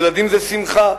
ילדים זה שמחה.